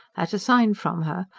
at a sign from her,